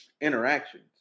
interactions